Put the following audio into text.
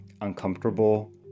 uncomfortable